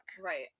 Right